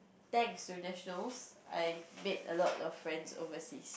thanks to Nationals I made a lot of friends overseas